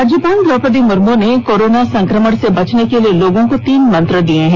राज्यपाल द्रौपदी मुर्मू ने कोरोना संक्रमण से बचने के लिए लोगों को तीन मंत्र दिए है